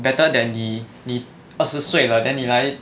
better than 你你二十岁了 then 你来